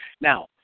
Now